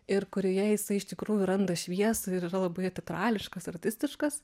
ir kurioje jisai iš tikrųjų randa šviesą ir yra labai teatrališkas artistiškas